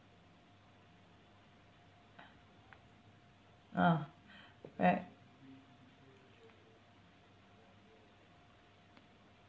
ah right